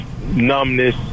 numbness